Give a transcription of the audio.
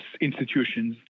institutions